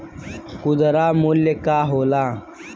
खुदरा मूल्य का होला?